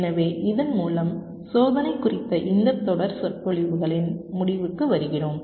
எனவே இதன் மூலம் சோதனை குறித்த இந்த தொடர் சொற்பொழிவுகளின் முடிவுக்கு வருகிறோம்